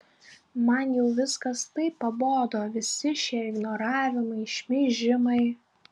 man jau viskas taip pabodo visi šie ignoravimai šmeižimai